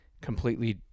completely